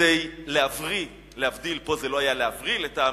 כדי להבריא, להבדיל, פה זה לא היה להבריא לטעמי,